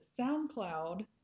soundcloud